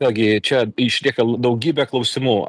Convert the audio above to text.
vėlgi čia išlieka daugybė klausimų